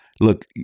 look